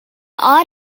all